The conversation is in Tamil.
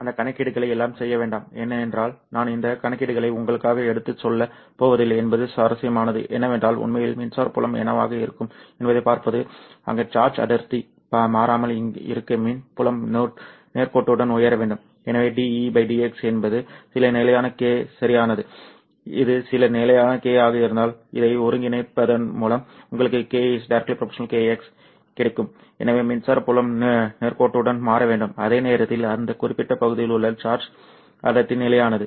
அந்த கணக்கீடுகளை எல்லாம் செய்ய வேண்டாம் ஏனென்றால் நான் அந்த கணக்கீடுகளை உங்களுக்காக எடுத்துச் செல்லப் போவதில்லை என்பது சுவாரஸ்யமானது என்னவென்றால் உண்மையில் மின்சார புலம் என்னவாக இருக்கும் என்பதைப் பார்ப்பது அங்கு சார்ஜ் அடர்த்தி மாறாமல் இருக்க மின் புலம் நேர்கோட்டுடன் உயர வேண்டும் எனவே dE dx என்பது சில நிலையான k சரியானது இது சில நிலையான k ஆக இருந்தால் இதை ஒருங்கிணைப்பதன் மூலம் உங்களுக்கு E ∝ kx கிடைக்கும் எனவே மின்சார புலம் நேர்கோட்டுடன் மாற வேண்டும் அதே நேரத்தில் அந்த குறிப்பிட்ட பகுதியில் உள்ள சார்ஜ் அடர்த்தி நிலையானது